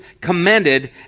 commended